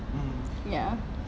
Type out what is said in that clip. ya